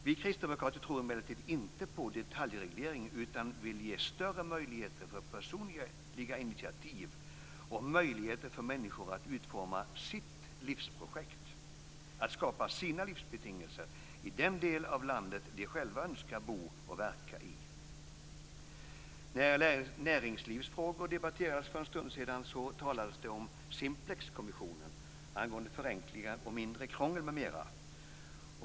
Vi kristdemokrater tror emellertid inte på detaljreglering, utan vill ge större möjligheter för personliga initiativ och möjligheter för människor att utforma sitt livsprojekt, att skapa sina livsbetingelser i den del av landet de själva önskar bo och verka i. När näringslivsfrågor debatterades för en stund sedan talades det om Simplexkommissionen angående förenklingar, mindre krångel m.m.